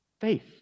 faith